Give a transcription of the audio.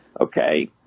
Okay